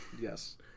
Yes